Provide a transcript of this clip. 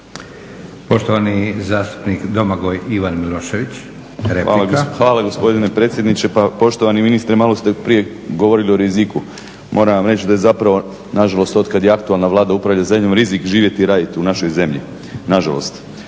Poštovani zastupnik Domagoj Ivan Milošević, replika. **Milošević, Domagoj Ivan (HDZ)** Hvala gospodine predsjedniče. Pa poštovani ministre, malo ste prije govorili o riziku. Moram vam reći da je zapravo na žalost od kad aktualna Vlada upravlja zemljom rizik živjeti i raditi u našoj zemlji, na žalost.